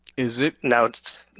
is it now,